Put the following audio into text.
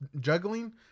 juggling